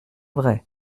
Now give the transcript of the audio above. vrai